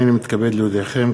הנני מתכבד להודיעכם,